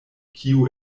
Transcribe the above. kiu